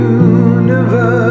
universe